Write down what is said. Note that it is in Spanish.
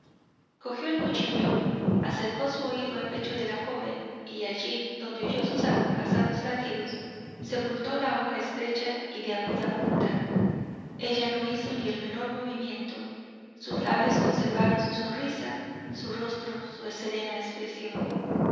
cogió el cuchillo acercó su oído al pecho de la joven y allí donde oyó sus acompasados latidos sepultó la hoja estrecha y de aguda punta ella no hizo ni el menor movimiento sus labios conservaron su sonrisa su rostro su serena expresión